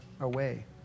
away